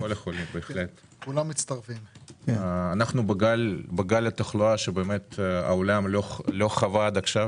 אנחנו בגל תחלואה שהעולם לא חווה עד עכשיו.